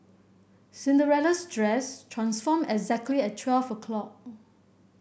Cinderella's dress transformed exactly at twelve o' clock